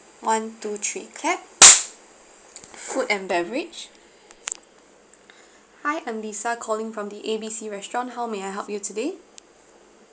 one two three clap food and beverage hi I'm lisa calling from the A B C restaurant how may I help you today